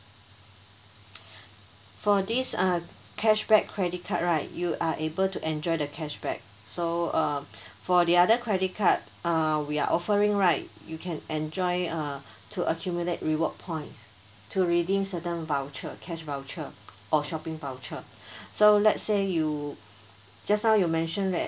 for this uh cash back credit card right you are able to enjoy the cash back so um for the other credit card uh we are offering right you can enjoy uh to accumulate reward points to redeem certain voucher cash voucher or shopping voucher so let‘s say you just now you mentioned that